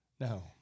No